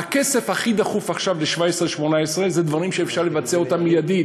הכסף הכי דחוף עכשיו ל-17' 18' דברים שאפשר לבצע אותם מייד.